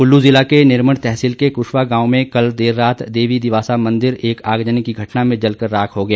कुल्ल जिला के निरमंड तहसील के कुशवा गांव में कल देर रात देवी दिवासा मंदिर एक आगजनी की घटना में जलकर राख हो गया